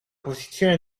posizione